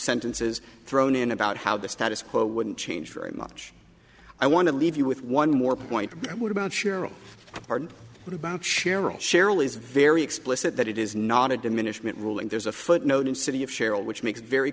sentences thrown in about how the status quo wouldn't change very much i want to leave you with one more point what about cheryl martin what about cheryl cheryl is very explicit that it is not a diminishment ruling there's a footnote in city of sheryl which makes very